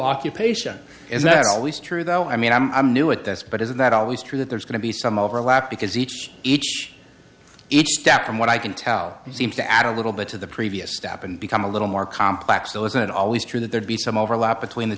occupation as that's always true though i mean i'm i'm new at this but isn't that always true that there is going to be some overlap because each each each step from what i can tell you seem to add a little bit to the previous step and become a little more complex so it's not always true that there be some overlap between the